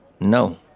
No